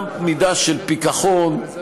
מבינים אותה,